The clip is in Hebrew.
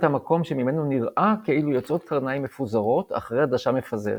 המקום שממנו נראה כאילו יוצאות קרניים מפוזרות אחרי עדשה מפזרת,